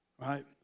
Right